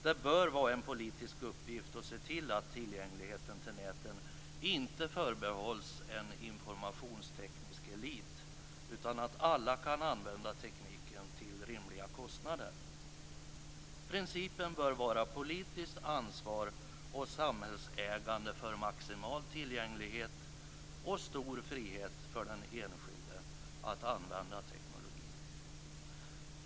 Det bör vara en politisk uppgift att se till att tillgängligheten till näten inte förebehålls en informationsteknisk elit utan att alla kan använda tekniken till rimliga kostnader. Principen bör vara politiskt ansvar och samhällsägande för maximal tillgänglighet och stor frihet för den enskilde att använda tekniken.